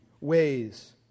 ways